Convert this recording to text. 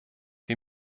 wie